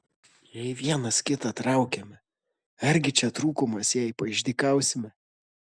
jei vienas kitą traukiame argi čia trūkumas jei paišdykausime